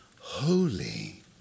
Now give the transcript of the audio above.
holy